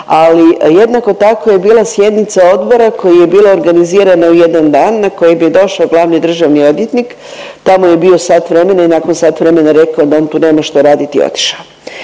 ali jednako tako je bila sjednica odbora koja je bila organizirana u jedan dan na koji bi došao glavni državni odvjetnik, tamo bio sam vremena i nakon sat vremena rekao da on tu nema što raditi i otišao.